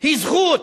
היא זכות.